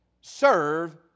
serve